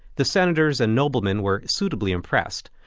the senators and noblemen were suitably impressed.